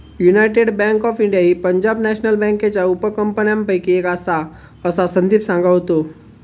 United Bank of India ही Punjab national बँकेच्या उपकंपन्यांपैकी एक आसा, असा संदीप सांगा होतो